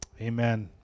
Amen